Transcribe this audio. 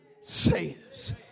says